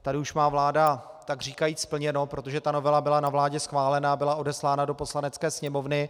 Tady už má vláda takříkajíc splněno, protože novela byla na vládě schválena, byla odeslána do Poslanecké sněmovny.